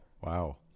Wow